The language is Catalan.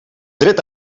dret